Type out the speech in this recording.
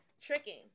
tricking